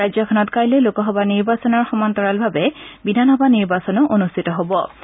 ৰাজ্যখনত কাইলৈ লোকসভা নিৰ্বাচনৰ সমান্তৰালভাৱে বিধানসভা নিৰ্বাচনো অনুষ্ঠিত হ'ব